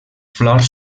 flors